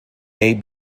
may